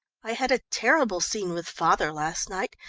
i had a terrible scene with father last night.